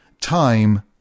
Time